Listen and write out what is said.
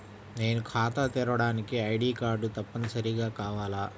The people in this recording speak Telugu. నేను ఖాతా తెరవడానికి ఐ.డీ కార్డు తప్పనిసారిగా కావాలా?